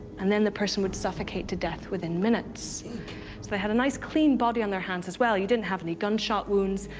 and then the person would suffocate to death within minutes. so they had a nice, clean body on their hands as well. you didn't have any gunshot wounds,